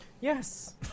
Yes